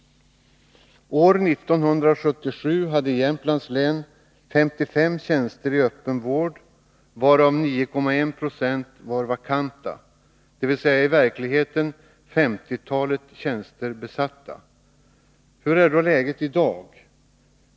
År 1977 hade Jämtlands län 55 tjänster i öppen vård, varav 9,1 90 var vakanta, dvs. i verkligheten var 50-talet tjänster besatta. Hur är då läget i dag?